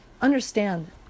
understand